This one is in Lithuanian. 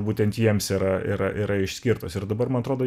būtent jiems yra yra yra išskirtos ir dabar man atrodo